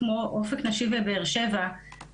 למשל אופק נשי בבאר שבע,